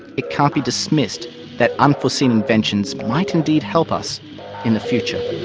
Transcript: it can't be dismissed that unforeseen inventions might indeed help us in the future.